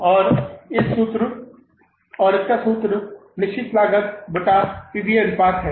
और इसका सूत्र निश्चित लागत बटा पी वी अनुपात है